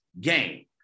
game